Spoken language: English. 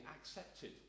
accepted